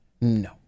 No